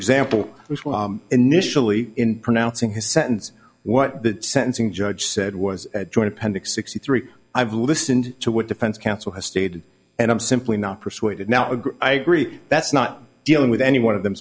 example initially in pronouncing his sentence what the sentencing judge said was a joint appendix sixty three i've listened to what defense counsel has stated and i'm simply not persuaded now i agree that's not dealing with any one of them